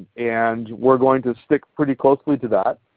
and we are going to stick pretty closely to that.